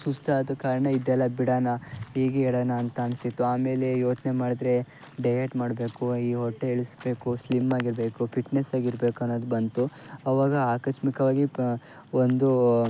ಸುಸ್ತಾದ ಕಾರಣ ಇದೆಲ್ಲ ಬಿಡೋಣ ಹೀಗೆ ಇರಣ ಅಂತ ಅನಿಸಿತ್ತು ಆಮೇಲೆ ಯೋಚನೆ ಮಾಡಿದ್ರೆ ಡಯಟ್ ಮಾಡಬೇಕು ಈ ಹೊಟ್ಟೆ ಇಳಿಸಬೇಕು ಸ್ಲಿಮ್ಮ್ ಆಗಿರಬೇಕು ಫಿಟ್ನೆಸ್ ಆಗಿರಬೇಕು ಅನ್ನೋದು ಬಂತು ಆವಾಗ ಆಕಸ್ಮಿಕವಾಗಿ ಪ ಒಂದು